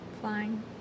flying